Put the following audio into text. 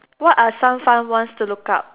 what are some fun ones to look up